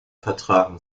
vertragen